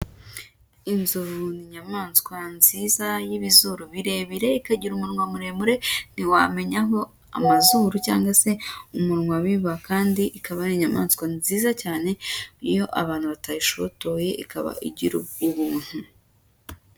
Inzovu ni nyayamaswa nziza y'ibizuru birebire ikagira umunwa muremure ntiwamenya aho amazuru cyangwa se umunwa biba, kandi ikaba ari inyamaswa nziza cyane iyo abantu batayishotoye ikaba igira ubuntu.